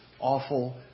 awful